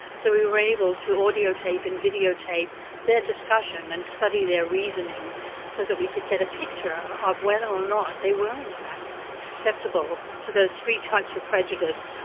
so we were able to audio tape and videotape their discussion and study their reasoning so that we could get a picture of whether or not they were in fact susceptible to those three types of prejudice,